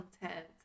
content